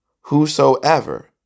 Whosoever